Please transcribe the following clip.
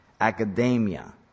academia